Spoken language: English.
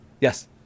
Yes